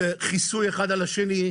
זה כיסוי אחד על השני,